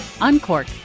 uncork